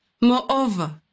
Moreover